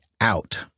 out